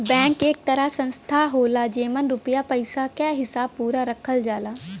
bank एक तरह संस्था होला जेमन रुपया पइसा क पूरा हिसाब रखल जाला